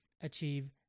achieve